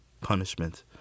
punishment